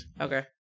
Okay